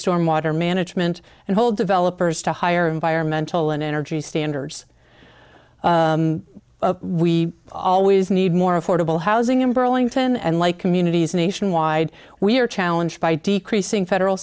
storm water management and hold developers to higher environmental and energy standards we always need more affordable housing in burlington and like communities nationwide we are challenged by decreasing federal